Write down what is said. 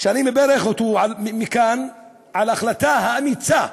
אני מברך אותו מכאן על ההחלטה האמיצה,